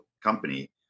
company